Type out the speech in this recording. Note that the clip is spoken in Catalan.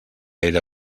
era